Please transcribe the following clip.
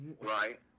right